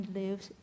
lives